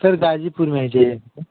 sir Ghazipur में एक यह है